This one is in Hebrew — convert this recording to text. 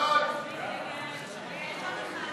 ההצעה להעביר